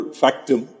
factum